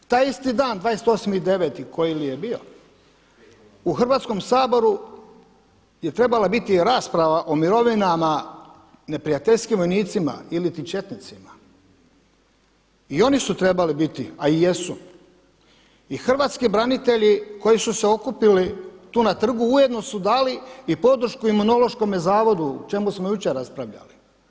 Taj isti dan 28.9. koji li je bio u Hrvatskom saboru je trebala biti rasprava o mirovinama neprijateljskim vojnicima iliti četnicima i oni su trebali biti, a i jesu i hrvatski branitelji koji su se okupili tu na trgu ujedno su dali i podršku Imunološkome zavodu o čemu smo jučer raspravljali.